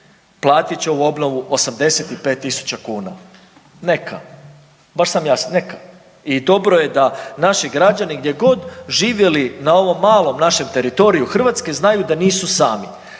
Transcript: platit će ovu obnovu 85.000 kuna, neka, baš sam … neka i dobro je da naši građani gdje god živjeli na ovom malom našem teritoriju Hrvatske znaju da nismo sami.